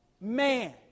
man